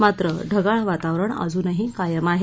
मात्र ढगाळ वातावरण अजुनही कायम आहे